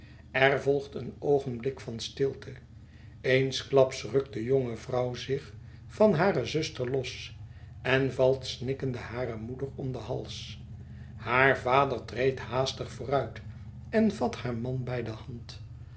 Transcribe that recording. er volgt een oogenblik van stilte eensklaps rukt de jonge vrouw zich van hare zuster los en valt snikkende hare moeder om den hals haar vader treedt haastig vooruit en vat haar man bij de hand